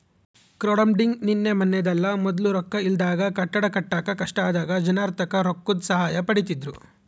crowdfunding ನಿನ್ನೆ ಮನ್ನೆದಲ್ಲ, ಮೊದ್ಲು ರೊಕ್ಕ ಇಲ್ದಾಗ ಕಟ್ಟಡ ಕಟ್ಟಾಕ ಕಷ್ಟ ಆದಾಗ ಜನರ್ತಾಕ ರೊಕ್ಕುದ್ ಸಹಾಯ ಪಡೀತಿದ್ರು